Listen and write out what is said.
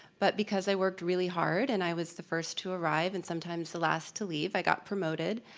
but because i worked really hard and i was the first to arrive and sometimes the last to leave, i got promoted.